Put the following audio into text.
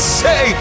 say